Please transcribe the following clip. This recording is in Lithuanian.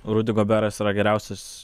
rudi goberas yra geriausias